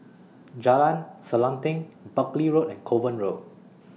Jalan Selanting Buckley Road and Kovan Road